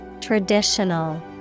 Traditional